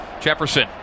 Jefferson